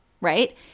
right